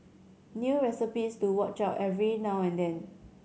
new recipes to watch out for every now and then